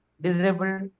disabled